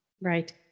Right